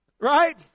Right